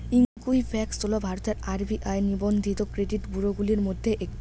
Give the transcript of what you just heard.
Equifax হল ভারতের RBI নিবন্ধিত ক্রেডিট ব্যুরোগুলির মধ্যে একটি